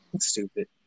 Stupid